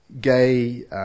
gay